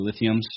lithiums